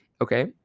Okay